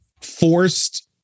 forced